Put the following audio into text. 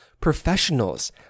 professionals